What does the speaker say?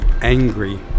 angry